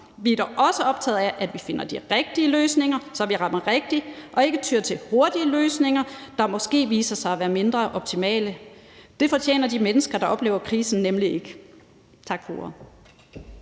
Vi er dog også optaget af, at vi finder de rigtige løsninger, så vi rammer rigtigt, og at vi ikke tyer til hurtige løsninger, der måske viser sig at være mindre optimale. Det fortjener de mennesker, der oplever krisen, nemlig ikke. Tak for